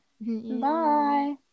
Bye